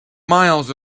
miles